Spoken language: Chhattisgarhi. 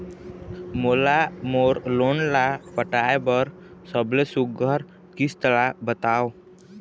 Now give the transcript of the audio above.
मोला मोर लोन ला पटाए बर सबले सुघ्घर किस्त ला बताव?